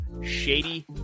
Shady